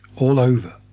all over